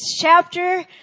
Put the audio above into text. chapter